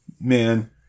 man